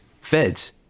feds